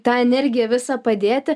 tą energiją visą padėti